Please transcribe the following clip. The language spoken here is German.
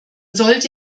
sollte